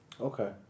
Okay